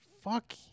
Fuck